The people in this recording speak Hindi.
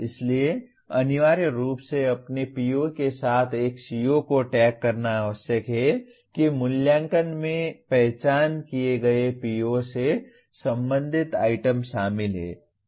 इसलिए अनिवार्य रूप से अपने PO के साथ एक CO को टैग करना आवश्यक है कि मूल्यांकन में पहचान किए गए PO से संबंधित आइटम शामिल हैं